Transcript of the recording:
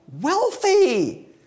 wealthy